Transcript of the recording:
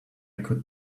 could